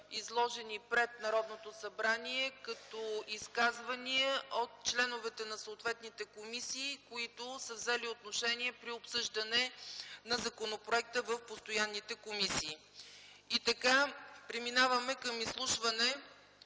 изложени пред Народното събрание като изказвания от членовете на съответните комисии, които са взели отношение при обсъждане на законопроекта в постоянните комисии. Преминаваме към изслушване